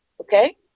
okay